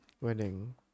wedding